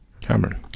Cameron